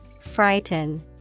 Frighten